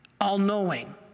all-knowing